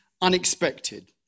unexpected